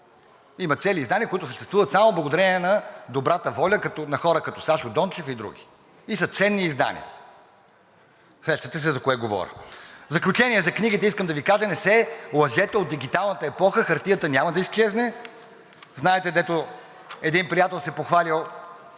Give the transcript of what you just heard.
Има цели издания, които съществуват само благодарение на добрата воля на хора, като Сашо Дончев и други, и са ценни издания. Сещате се за кое говоря. В заключение, за книгите, искам да Ви кажа, не се лъжете от дигиталната епоха, хартията няма да изчезне, знаете, дето един приятел се похвалил,